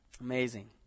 Amazing